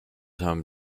home